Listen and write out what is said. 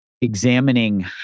examining